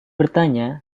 bertanya